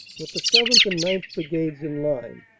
with the seventh. and ninth. brigades in line,